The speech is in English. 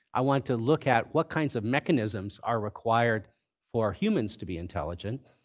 i want to look at what kinds of mechanisms are required for humans to be intelligent.